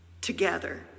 together